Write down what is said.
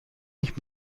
ich